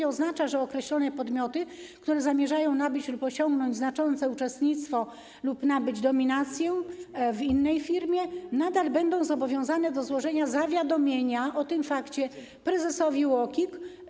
To oznacza, że określone podmioty, które zamierzają nabyć lub osiągnąć znaczące uczestnictwo lub dominację w innej firmie, nadal będą zobowiązane do złożenia zawiadomienia o tym fakcie prezesowi UOKiK.